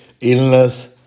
illness